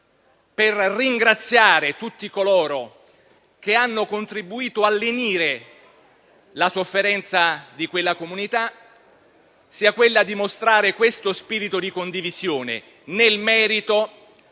per ringraziare tutti coloro che hanno contribuito a lenire la sofferenza di quella comunità, sia mostrare lo spirito di condivisione nel merito